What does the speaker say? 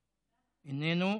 איננו.